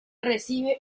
recibe